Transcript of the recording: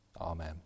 amen